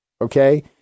Okay